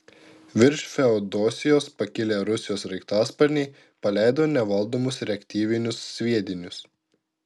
virš feodosijos pakilę rusijos sraigtasparniai paleido nevaldomus reaktyvinius sviedinius